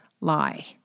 lie